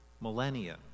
millennia